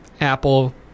Apple